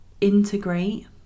integrate